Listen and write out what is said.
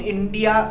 India